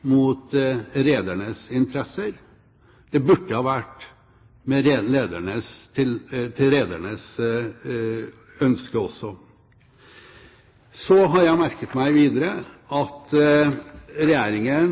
mot redernes interesser. Det burde ha vært etter redernes ønske også. Så har jeg merket meg videre at Regjeringen